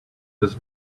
does